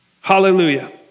Hallelujah